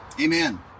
Amen